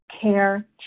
care